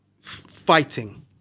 fighting